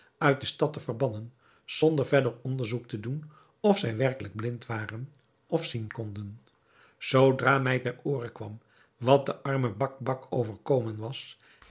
uit de stad te verbannen zonder verder onderzoek te doen of zij werkelijk blind waren of zien konden zoodra mij ter ooren kwam wat den armen bakbac overkomen was